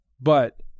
but-